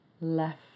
left